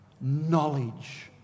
knowledge